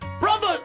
Brother